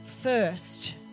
first